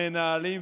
המנהלים,